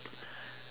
but